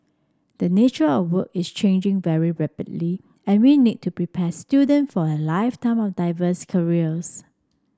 the nature of work is changing very rapidly and we need to prepare student for a lifetime of diverse careers